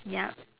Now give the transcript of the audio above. ya